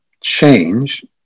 change